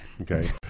okay